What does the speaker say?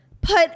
put